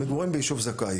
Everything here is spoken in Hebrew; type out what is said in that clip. מגורים ביישוב זכאי.